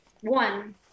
One